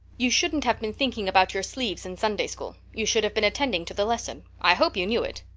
you shouldn't have been thinking about your sleeves in sunday school. you should have been attending to the lesson. i hope you knew it.